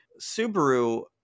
Subaru